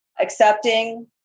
accepting